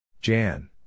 Jan